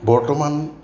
বৰ্তমান